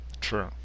True